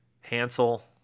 Hansel